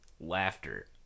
laughter